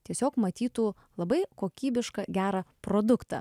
tiesiog matytų labai kokybišką gerą produktą